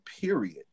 period